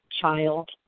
child